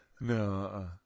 No